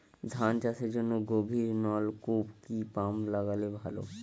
ধান চাষের জন্য গভিরনলকুপ কি পাম্প লাগালে ভালো?